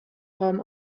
raum